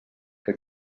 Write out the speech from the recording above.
que